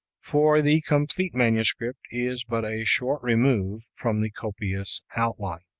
for the complete manuscript is but a short remove from the copious outline.